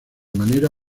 manera